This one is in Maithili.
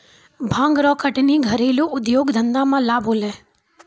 भांग रो कटनी घरेलू उद्यौग धंधा मे लाभ होलै